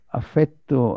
affetto